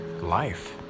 life